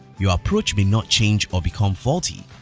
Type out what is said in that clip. your approach may not change or become faulty,